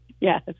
Yes